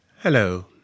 Hello